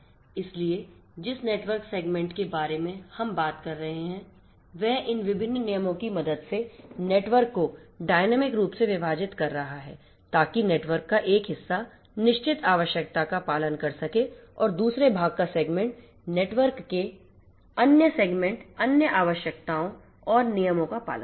इसलिए जिस network segment के बारे में हम बात कर रहे हैं वह इन विभिन्न नियमों की मदद से नेटवर्क को डायनामिक रूप से विभाजित कर रहा है ताकि नेटवर्क का एक हिस्सा निश्चित आवश्यकता का पालन कर सके और दूसरे भाग का सेगमेंट नेटवर्क के अन्य सेगमेंट अन्य आवश्यकताओं और नियमों का पालन करे